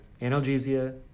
analgesia